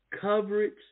coverage